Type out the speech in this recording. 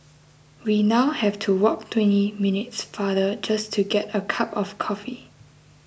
we now have to walk twenty minutes farther just to get a cup of coffee